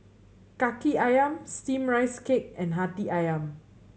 Kaki Ayam Steamed Rice Cake and Hati Ayam